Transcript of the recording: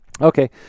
Okay